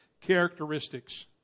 characteristics